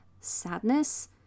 sadness